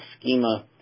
schema